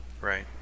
Right